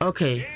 Okay